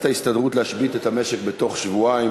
ההסתדרות להשבית את המשק בתוך שבועיים,